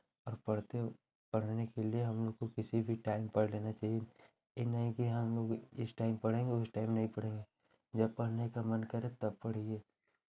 पढ़ते पढ़ने के लिए हमलोगों को किसी भी टाइम पढ़ लेना चाहिए ये नहीं कि हमलोग इस टाइम पढ़ेंगे उस टाइम नहीं पढ़ेंगे जब पढ़ने का मन करे तब पढ़िए